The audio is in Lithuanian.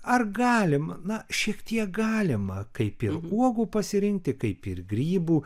ar galim na šiek tiek galima kaip ir uogų pasirinkti kaip ir grybų